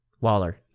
Waller